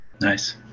Nice